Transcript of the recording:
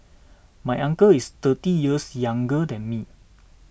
my uncle is thirty years younger than me